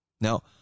Now